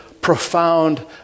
profound